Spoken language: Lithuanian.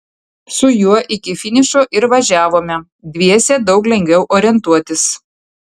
su juo iki finišo ir važiavome dviese daug lengviau orientuotis